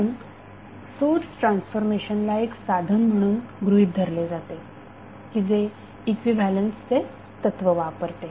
म्हणून सोर्स ट्रान्सफॉर्मेशनला एक साधन म्हणून गृहीत धरले जाते की जे इक्विव्हॅलेन्स चे तत्व वापरते